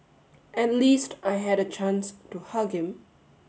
at least I had a chance to hug him